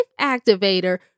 activator